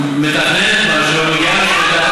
למה לא עניתם לאזרחים?